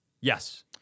Yes